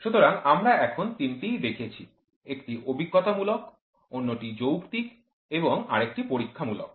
সুতরাং আমরা এখন তিনটিই দেখেছি একটি অভিজ্ঞতামূলক অন্যটি যৌক্তিক এবং আরেকটি পরীক্ষামূলক